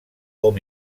hom